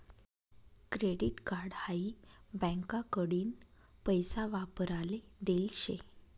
credit card हाई बँकाकडीन पैसा वापराले देल शे